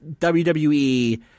WWE